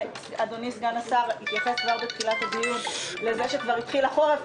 אדוני סגן השר התייחס בתחילת הדיון לזה שכבר התחיל החורף,